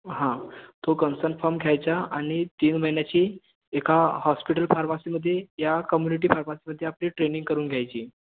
हां तो concern form घ्यायचा आणि तीन महिन्यांची एका हॉस्पिटल फार्मसीमध्ये या कम्यूनिटी फार्मासीमध्ये आपली ट्रेनिंग करून घ्यायची